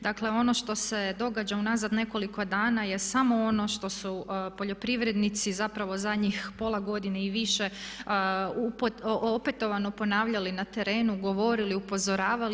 Dakle, ono što se događa unazad nekoliko dana je samo ono što su poljoprivrednici zapravo zadnjih pola godine i više opetovano ponavljali na terenu, govorili, upozoravali.